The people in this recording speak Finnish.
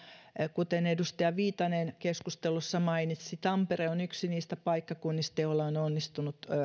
kuten edustaja viitanen keskustelussa mainitsi tampere on yksi niistä paikkakunnista joilla onnistunut